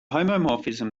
homomorphism